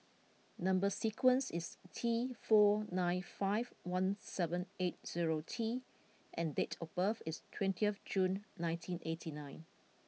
number sequence is T four nine five one seven eight zero T and date of birth is twenty of June nineteen eighty nine